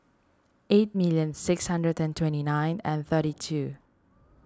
eight million six hundred and twenty nine and thirty two